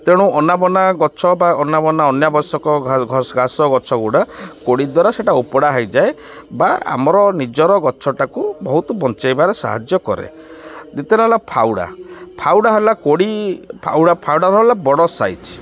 ତେଣୁ ଅନାବନା ଗଛ ବା ଅନାବନା ଅନାବଶ୍ୟକ ଘାସ ଗଛ ଗୁଡ଼ା କୋଡ଼ି ଦ୍ୱାରା ସେଇଟା ଓପଡ଼ା ହେଇଯାଏ ବା ଆମର ନିଜର ଗଛଟାକୁ ବହୁତ ବଞ୍ଚାଇବାରେ ସାହାଯ୍ୟ କରେ ଦ୍ୱିତୀୟ ହେଲା ଫାଉଡ଼ା ଫାଉଡ଼ା ହେଲା କୋଡ଼ି ଫାଉଡ଼ା ଫାଉଡ଼ାର ହେଲା ବଡ଼ ସାଇଜ୍